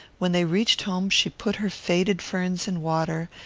when they reached home she put her faded ferns in water,